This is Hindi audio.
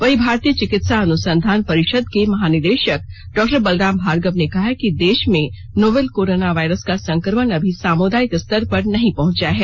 वहीं भारतीय चिकित्सा अनुसंधान परिषद के महानिदेशक डॉक्टर बलराम भार्गव ने कहा है कि देश में नोवल कोरोना वायरस का संक्रमण अभी सामुदायिक स्तर पर नहीं पहुंचा है